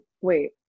wait